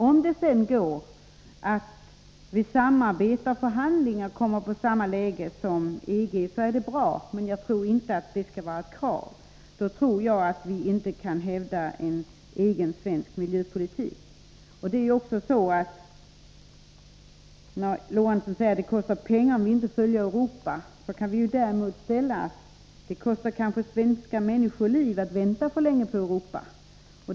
Om det sedan går att i samarbete och vid förhandlingar komma till samma ståndpunkter som EG är det bra, men jag tror inte att det skall vara ett krav, för i så fall kan vi nog inte hävda en egen svensk miljöpolitik. Sven Eric Lorentzon sade att det kostar pengar om vi inte följer samma normer som det övriga Europa. Mot det kan man ställa att det kanske kostar svenska människoliv att vänta för länge på Europa.